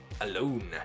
alone